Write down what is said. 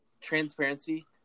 transparency